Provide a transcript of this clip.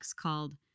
called